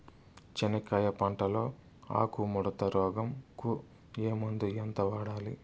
చెనక్కాయ పంట లో ఆకు ముడత రోగం కు ఏ మందు ఎంత వాడాలి?